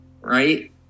right